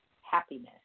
happiness